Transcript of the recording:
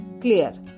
clear